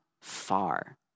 far